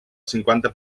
cinquanta